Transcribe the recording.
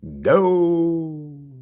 go